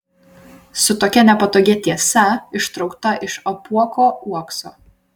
su tokia nepatogia tiesa ištraukta iš apuoko uokso